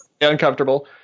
uncomfortable